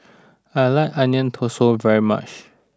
I like Onion Thosai very much